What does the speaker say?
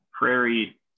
Prairie